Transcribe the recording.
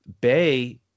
Bay